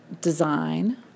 design